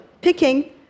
picking